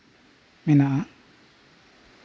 ᱢᱮᱱᱟᱜᱼᱟ